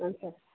ಹ್ಞೂ ಸರ್